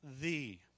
thee